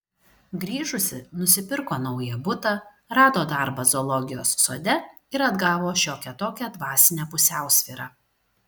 grįžusi nusipirko naują butą rado darbą zoologijos sode ir atgavo šiokią tokią dvasinę pusiausvyrą